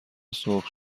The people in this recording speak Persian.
سرخ